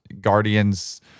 guardians